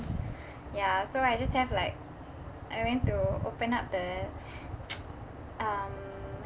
ya so I just have like I went to open up the um